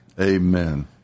Amen